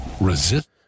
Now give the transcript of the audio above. Resist